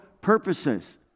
purposes